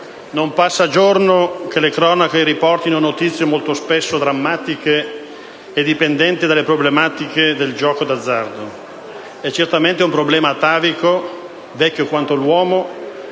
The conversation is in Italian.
non passa giorno che le cronache non riportino notizie molto spesso drammatiche e dipendenti dalle problematiche del gioco d'azzardo. È certamente un problema atavico, vecchio quanto l'uomo,